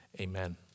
Amen